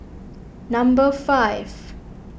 number five